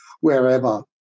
wherever